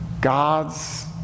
God's